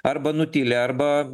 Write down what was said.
arba nutyli arba